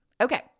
Okay